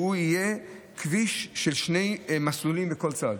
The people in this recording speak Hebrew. והוא יהיה כביש של שני מסלולים בכל צד.